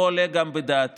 גם לא עולה בדעתי,